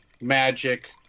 Magic